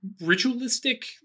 ritualistic